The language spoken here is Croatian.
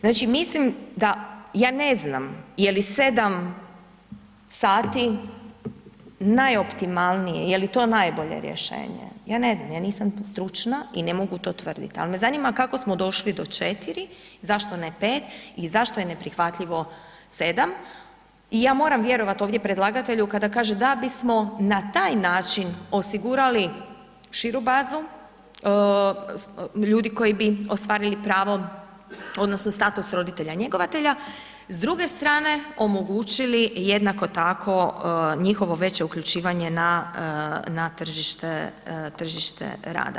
Znači mislim da, ja ne znam je li 7 sati najoptimalnije, je li to najbolje rješenje, ja ne znam ja nisam stručna i ne mogu to tvrdit ali me zanima kako smo došli do 4, zašto ne 5 i zašto je neprihvatljivo 7 i ja moram vjerovati ovdje predlagatelju kada kaže da bismo na taj način osigurali širu bazu ljudi koji bi ostvarili pravo odnosno status roditelja njegovatelja, s druge strane omogućili jednako tako njihovo veće uključivanje na tržište rada.